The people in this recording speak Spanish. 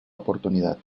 oportunidad